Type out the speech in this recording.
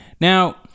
Now